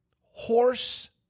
Horse